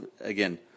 again